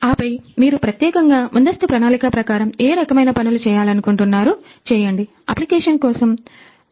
ఆపై మీరు ప్రత్యేకంగా ముందస్తు ప్రణాళిక ప్రకారం ఏ రకమైన పనులు చేయాలనుకుంటున్నారు చెయ్యండి